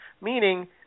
Meaning